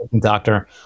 Doctor